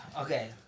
Okay